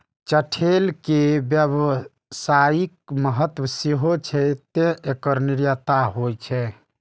चठैल के व्यावसायिक महत्व सेहो छै, तें एकर निर्यात होइ छै